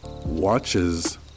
watches